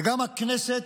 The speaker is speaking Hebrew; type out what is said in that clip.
וגם הכנסת,